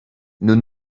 nous